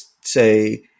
say